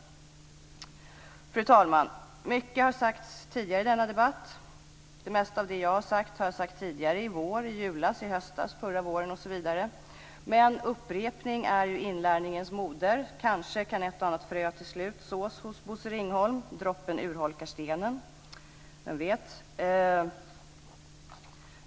Fru talman! Mycket har sagts tidigare i denna debatt. Det mesta av det som jag har sagt har jag sagt tidigare i vår, i julas, i höstas, förra våren, osv. Men upprepning är ju inlärningens moder. Kanske kan ett och annat frö till slut sås hos Bosse Ringholm - droppen urholkar stenen, vem vet.